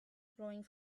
growing